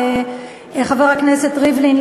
חבר הכנסת ריבלין.